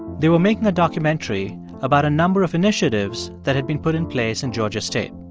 they were making a documentary about a number of initiatives that had been put in place in georgia state.